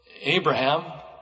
Abraham